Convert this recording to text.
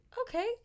okay